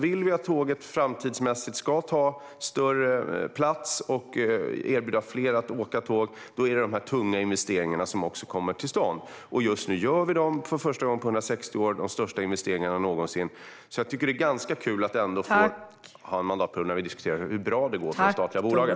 Vill vi att tåget i framtiden ska ta större plats och vill vi kunna erbjuda fler att åka tåg måste dessa tunga investeringar komma till stånd, och nu gör vi de största investeringarna någonsin. Det är ganska kul att vi har en mandatperiod när vi diskuterar hur bra det går för de statliga bolagen.